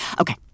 Okay